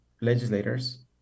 legislators